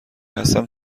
هستم